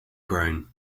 groan